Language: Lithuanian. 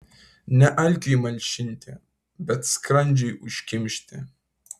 ne alkiui malšinti bet skrandžiui užkimšti